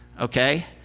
Okay